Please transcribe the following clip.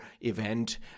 event